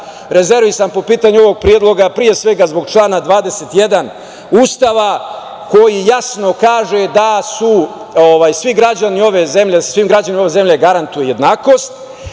rezervisan po pitanju ovog predloga, pre svega zbog člana 21. Ustava, koji jasno kaže da se svim građanima ove zemlje garantuje jednakost